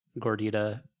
gordita